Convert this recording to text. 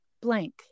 blank